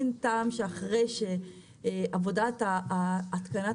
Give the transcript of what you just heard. אין טעם שאחרי עבודת התקנת